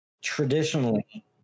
traditionally